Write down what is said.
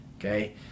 Okay